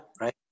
right